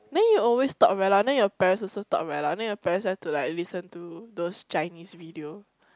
then you always talk very loud then your parents also talk very then your parents like to like listen to those Chinese video